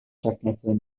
technically